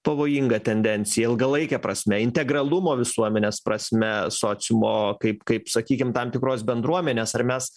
pavojinga tendencija ilgalaike prasme integralumo visuomenės prasme sociumo kaip kaip sakykim tam tikros bendruomenės ar mes